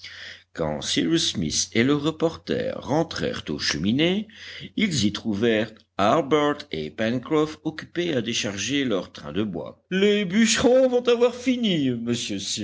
quand cyrus smith et le reporter rentrèrent aux cheminées ils y trouvèrent harbert et pencroff occupés à décharger leur train de bois les bûcherons vont avoir fini monsieur